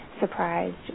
surprised